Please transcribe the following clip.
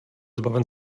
zbaven